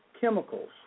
chemicals